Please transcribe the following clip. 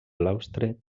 claustre